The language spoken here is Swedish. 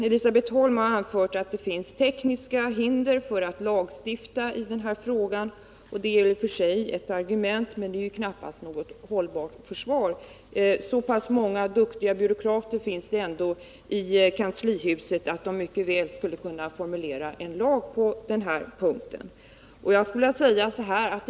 Elisabet Holm har anfört att det finns tekniska hinder för lagstiftning i denna fråga. Det är i och för sig ett argument, men det är ju knappast något hållbart försvar. Så pass många duktiga byråkrater finns det ändå i departementen att de mycket väl skulle kunna formulera en lag på den här punkten.